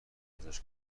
ازش